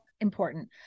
important